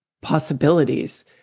possibilities